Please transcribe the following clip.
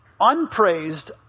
unpraised